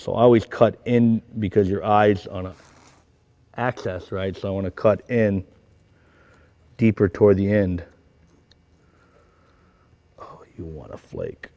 so i always cut in because your eyes on the access right so i want to cut in deeper toward the end you want to flake